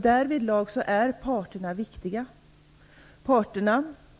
Därvidlag är parterna viktiga.